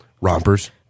Rompers